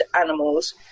animals